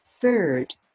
third